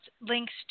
links